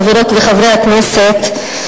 חברות וחברי הכנסת,